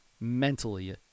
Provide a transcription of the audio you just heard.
mentally